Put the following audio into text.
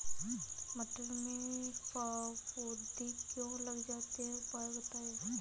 मटर में फफूंदी क्यो लग जाती है उपाय बताएं?